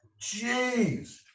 jeez